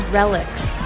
relics